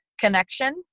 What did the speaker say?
connection